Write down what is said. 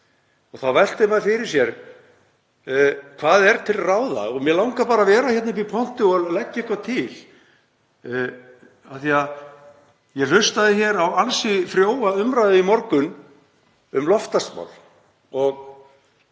Þá veltir maður fyrir sér hvað er til ráða. Mig langar bara að vera hérna uppi í pontu og leggja eitthvað til af því að ég hlustaði á ansi frjóa umræðu í morgun um loftslagsmál og